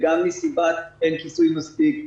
גם מסיבת אין כיסוי מספיק,